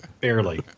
Barely